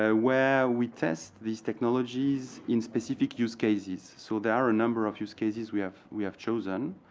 ah where we test these technologies in specific use cases. so there are a number of use cases we have we have chosen.